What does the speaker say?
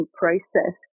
process